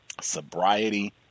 sobriety